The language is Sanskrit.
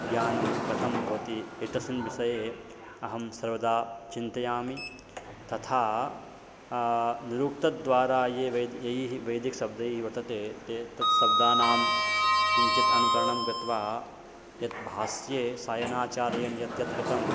ज्ञानं कथं भवति एतस्मिन् विषये अहं सर्वदा चिन्तयामि तथा निरुक्तद्वारा ये वेदः यैः वैदिकशब्दैः वर्तते ते तत्शब्दानां किञ्चित् अनुकरणं गत्वा यत् भाष्ये सायणाचार्येण यत् यत् कृतं